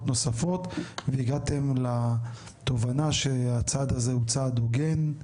נוספות והגעתם לתובנה שהצעד הזה הוא צעד הוגן,